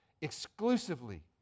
exclusively